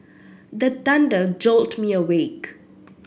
the thunder jolt me awake